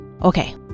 Okay